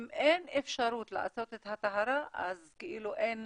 אם אין אפשרות לעשות את הטהרה אז כאילו אין